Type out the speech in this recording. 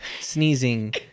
sneezing